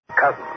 cousin